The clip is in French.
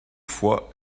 fois